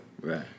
Right